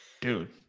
dude